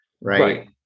right